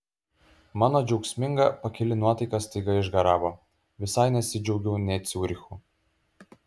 mano džiaugsminga pakili nuotaika staiga išgaravo visai nesidžiaugiau nė ciurichu